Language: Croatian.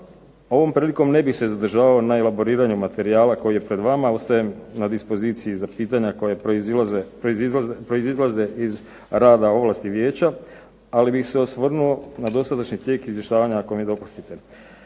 Ovom prilikom ne bih se zadržavao na elaboriranju materijala koji je pred vama, ostajem na dispoziciji za pitanja koja proizilaze iz rada ovlasti vijeća, ali bih se osvrnuo na dosadašnji tijek izvještavanja ako mi dopustite.